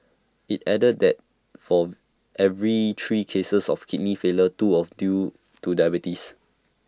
IT added that for every three cases of kidney failure two of due to diabetes